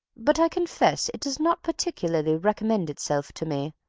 but i confess it does not particularly recommend itself to me.